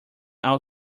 our